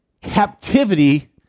captivity